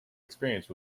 experience